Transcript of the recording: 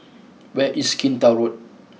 where is Kinta Road